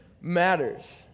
matters